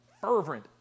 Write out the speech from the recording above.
fervent